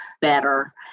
better